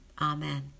Amen